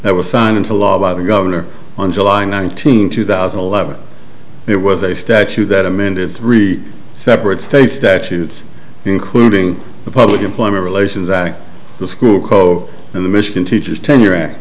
that was signed into law by the governor on july nineteenth two thousand and eleven it was a statute that amended three separate state statutes including the public employment relations act the school coach and the michigan teachers tenure a